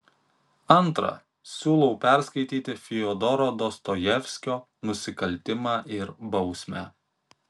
antra siūlau perskaityti fiodoro dostojevskio nusikaltimą ir bausmę